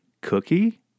Cookie